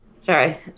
Sorry